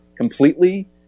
completely